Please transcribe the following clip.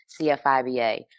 CFIBA